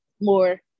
more